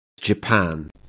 Japan